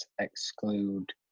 exclude